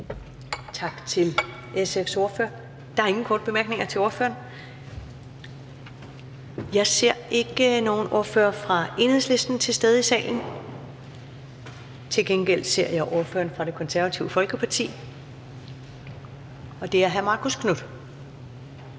Tak til SF's ordfører. Der er ingen korte bemærkninger til ordføreren. Jeg ser ikke nogen ordfører for Enhedslisten være til stede i salen. Til gengæld ser jeg ordføreren for Det Konservative Folkeparti, og det er hr. Marcus Knuth.